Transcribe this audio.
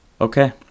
Okay